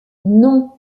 non